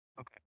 Okay